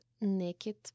naked